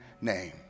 name